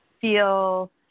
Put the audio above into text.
feel